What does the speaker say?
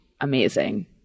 amazing